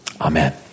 Amen